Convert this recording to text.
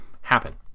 happen